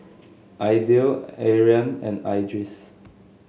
Aidil Aryan and Idris